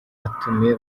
abatumiwe